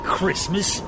Christmas